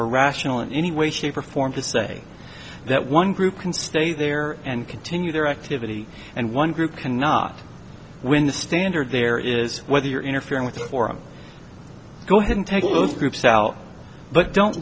or rational in any way shape or form to say that one group can stay there and continue their activity and one group cannot win the standard there is whether you're interfering with the forum go ahead and take all those groups out but don't